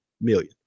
million